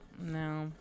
No